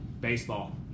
Baseball